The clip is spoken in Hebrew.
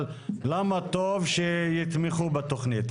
אבל למה טוב שיתמכו בתכנית.